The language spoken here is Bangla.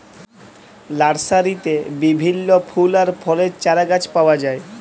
লার্সারিতে বিভিল্য ফুল আর ফলের চারাগাছ পাওয়া যায়